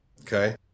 Okay